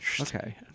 okay